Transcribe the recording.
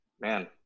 man